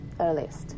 earliest